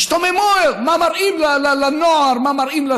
הן השתוממו מה מראים לנוער, מה מראים.